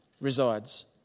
resides